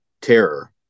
terror